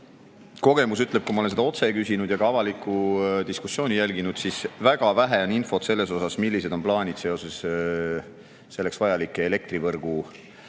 kogemus, kui ma olen seda otse küsinud ja ka avalikku diskussiooni jälginud, ütleb, et väga vähe on infot selle kohta, millised on plaanid selleks vajalike elektrivõrgu